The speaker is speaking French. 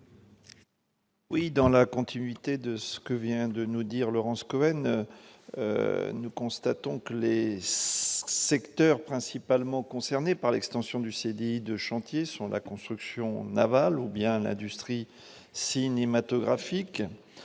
Oui, dans la continuité de ce que vient de nous dire, Laurence Cohen nous constatons Les secteurs principalement concernée par l'extension du CDI de chantier sont la construction navale, ou bien l'industrie cinématographique